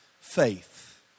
faith